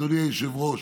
אדוני היושב-ראש,